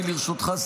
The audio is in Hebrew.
אני לרשותך,